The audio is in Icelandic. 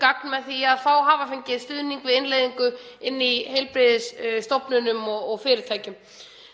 gagn með því að hafa fengið stuðning við innleiðingu í heilbrigðisstofnunum og fyrirtækjum.